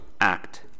act